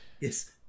yes